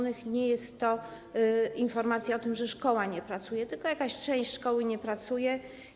Nie jest to informacja o tym, że szkoła nie pracuje, tylko jakaś część szkoły nie pracuje.